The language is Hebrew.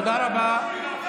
תודה רבה.